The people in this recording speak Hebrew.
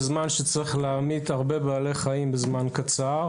בזמן שצריך להמית הרבה בעלי חיים בזמן קצר.